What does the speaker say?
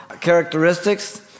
characteristics